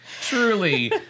truly